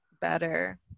better